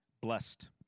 Blessed